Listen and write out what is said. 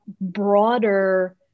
broader